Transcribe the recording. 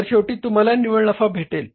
तर शेवटी तुम्हाला निव्वळ नफा भेटेल